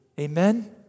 Amen